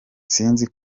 sinzi